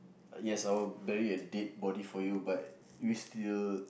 yes I would bury a dead body for you but we still